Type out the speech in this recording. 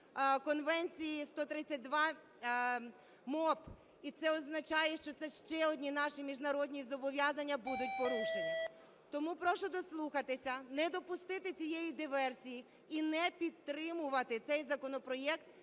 Конвенції 132 МОП, і це означає, що це ще одні наші міжнародні зобов'язання будуть порушені. Тому прошу дослухатися, не допустити цієї диверсії і не підтримувати цей законопроект,